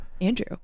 Andrew